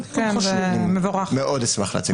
מאוד אשמח להציג.